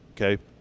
okay